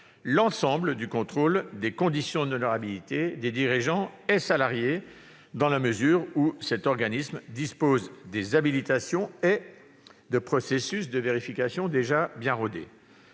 l'ensemble du contrôle des conditions d'honorabilité des dirigeants et salariés, dans la mesure où cet organisme dispose des habilitations et de processus de vérification déjà rodés.